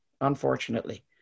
unfortunately